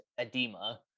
Edema